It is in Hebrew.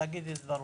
לדבר,